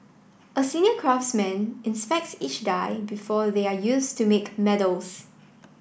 a senior craftsman inspects each die before they are used to make medals